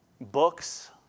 books